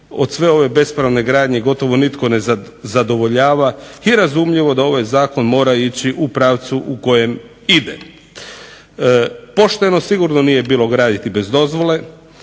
od ove bespravne gradnje gotovo nitko ne zadovoljava i razumljivo da ovaj Zakon mora ići u pravcu u kojem ide. Pošteno sigurno nije bilo graditi bez dozvole,